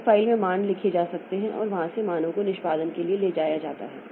एक फ़ाइल में मान लिखे जा सकते हैं और वहाँ से मानों को निष्पादन के लिए ले जाया जाता है